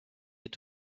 est